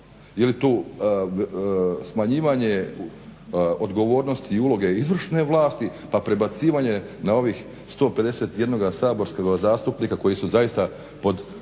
je li to smanjivanje odgovornosti i uloge izvršne vlasti pa prebacivanje na ovih 151 saborskoga zastupnika koji su zaista pod udarom